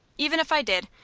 even if i did,